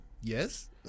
yes